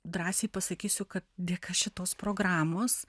drąsiai pasakysiu kad dėka šitos programos